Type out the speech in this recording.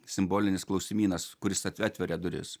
simbolinis klausimynas kuris atveria duris